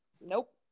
Nope